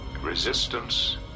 Resistance